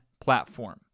platform